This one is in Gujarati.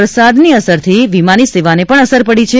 વરસાદની અસરથી વિમાની સેવાને પણ અસર પડી છે